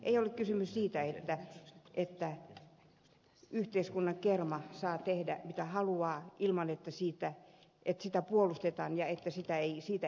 ei ole kysymys siitä että yhteiskunnan kerma saa tehdä mitä haluaa ilman että siitä etsitä puolustetaan ja että sitä ei kerrota